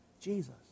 Jesus